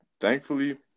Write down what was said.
Thankfully